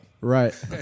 Right